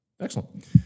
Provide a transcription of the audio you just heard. excellent